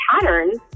patterns